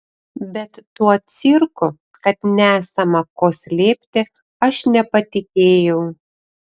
bet tuo cirku kad nesama ko slėpti aš nepatikėjau